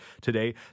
today